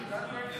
--- אז למה אתה